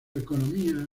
economía